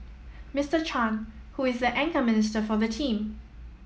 Mister Chan who is the anchor minister for the team